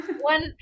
One